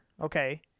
Okay